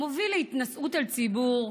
מוביל להתנשאות על ציבור,